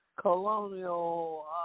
colonial